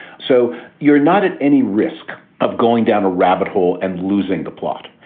so you're not at any risk of going down a rabbit hole and losing the plot.